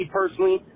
personally